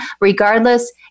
regardless